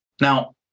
now